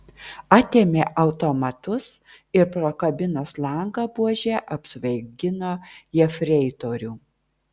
atėmė automatus ir pro kabinos langą buože apsvaigino jefreitorių